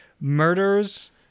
murders